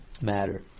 matter